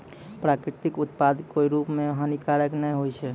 प्राकृतिक उत्पाद कोय रूप म हानिकारक नै होय छै